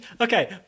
okay